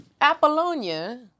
Apollonia